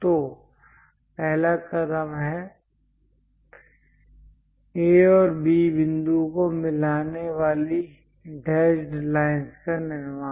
तो पहला कदम है A और B बिंदुओं को मिलाने वाली डेशड् लाइन का निर्माण